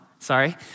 Sorry